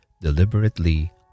deliberately